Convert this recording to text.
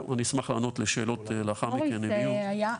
אשמח לענות לשאלות לאחר מכן אם יהיו.